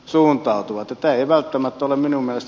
tämä ei välttämättä ole minun myös